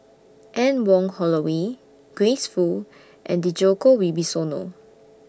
Anne Wong Holloway Grace Fu and Djoko Wibisono